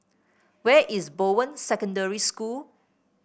where is Bowen Secondary School